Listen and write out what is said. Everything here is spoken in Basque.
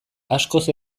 askoz